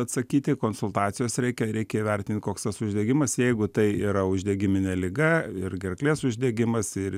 atsakyti konsultacijos reikia reikia įvertint koks tas uždegimas jeigu tai yra uždegiminė liga ir gerklės uždegimas ir